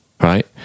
right